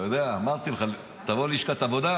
אתה יודע, אמרתי לך, תבוא ללשכת העבודה,